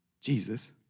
Jesus